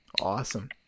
Awesome